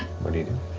what do you do?